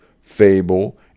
fable